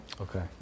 Okay